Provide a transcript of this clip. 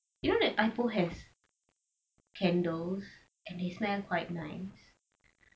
you know that typo has candles and they smell quite nice